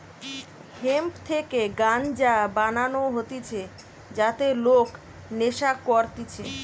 hemp থেকে গাঞ্জা বানানো হতিছে যাতে লোক নেশা করতিছে